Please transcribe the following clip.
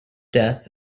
death